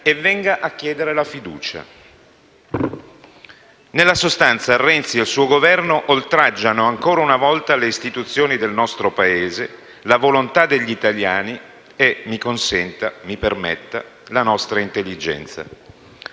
e venga a chiedere la fiducia. Nella sostanza, Renzi e il suo Governo oltraggiano, ancora una volta, le istituzioni del nostro Paese, la volontà degli italiani e - mi consenta, mi permetta - la nostra intelligenza.